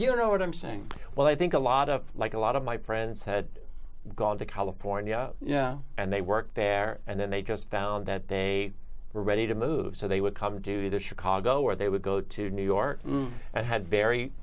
you know what i'm saying well i think a lot of like a lot of my friends had gone to california and they worked there and then they just found that they were ready to move so they would come to the chicago where they would go to new york and had very